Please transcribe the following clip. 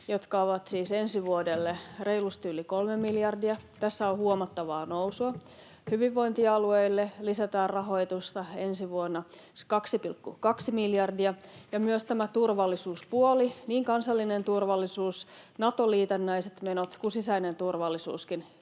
jotka ovat siis ensi vuodelle reilusti yli kolme miljardia. Tässä on huomattavaa nousua. Hyvinvointialueille lisätään rahoitusta ensi vuonna 2,2 miljardia, ja myös tämä turvallisuuspuoli — niin kansallinen turvallisuus, Nato-liitännäiset menot kuin sisäinen turvallisuuskin